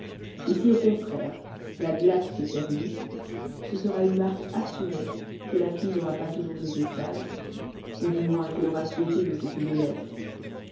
et si au contraire la glace se ternit ce sera une marque assurée que la fille n'aura pas toujours été sage ou du moins qu'elle aura souhaité de cesser de l'être